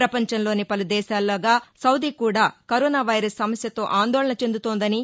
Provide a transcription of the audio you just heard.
పపంచంలోని పలు దేశాల్లాగానే సౌదీ కూడా కరోనా వైరస్ సమస్యతో ఆందోళన చెందుతోందని